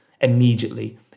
immediately